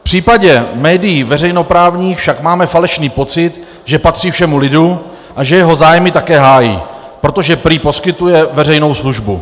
V případě médií veřejnoprávních však máme falešný pocit, že patří všemu lidu a že jeho zájmy také hájí, protože prý poskytuje veřejnou službu.